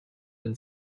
and